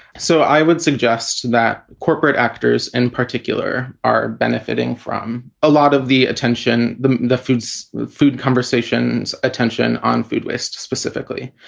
so i would suggest that corporate actors in particular are benefiting from a lot of the attention, the the foods, the food conversations. attention on food waste specifically.